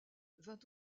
vint